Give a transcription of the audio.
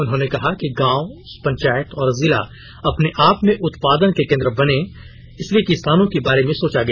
उन्होंने कहा कि गांव पंचायत और जिला अपने आप में उत्पादन के केंद्र बनें इसलिए किसानों के बारे में सोचा गया